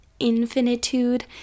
infinitude